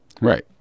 Right